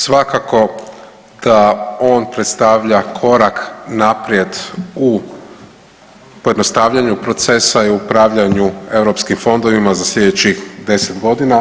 Svakako da on predstavlja korak naprijed u pojednostavljenju procesa i upravljanju europskim fondovima za slijedećih 10.g.